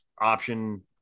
option